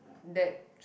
that